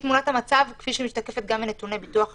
תמונת המצב כפי שהיא משתקפת גם בנתוני הביטוח הלאומי.